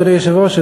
אדוני היושב-ראש,